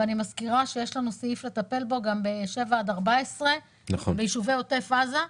ואני מזכירה שיש לנו סעיף לטפל בו גם ב-7 עד 14 ביישובי עוטף עזה,